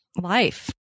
life